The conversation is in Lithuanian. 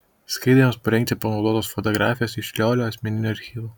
skaidrėms parengti panaudotos fotografijos iš liolio asmeninio archyvo